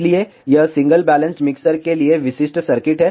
इसलिए यह single balanced mixer के लिए विशिष्ट सर्किट है